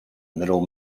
middle